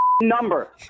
Number